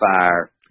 fire